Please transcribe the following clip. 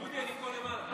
דודי, אני פה למעלה.